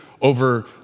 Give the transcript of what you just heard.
over